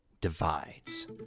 Divides